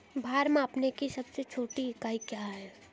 भार मापने की सबसे छोटी इकाई क्या है?